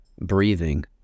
breathing